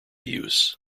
use